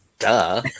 Duh